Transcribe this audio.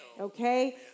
Okay